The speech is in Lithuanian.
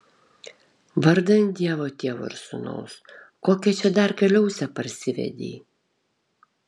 vardan dievo tėvo ir sūnaus kokią čia dar kaliausę parsivedei